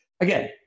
Again